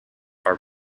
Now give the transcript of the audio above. are